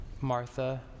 Martha